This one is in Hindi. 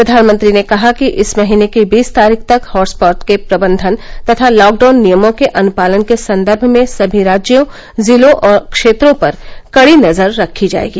प्रधानमंत्री ने कहा कि इस महीने की बीस तारीख तक हॉट स्पॉट के प्रबंधन तथा लॉकडाउन नियमों के अन्पालन के संदर्भ में सभी राज्यों जिलों और क्षेत्रों पर कड़ी नजर रखी जायेगी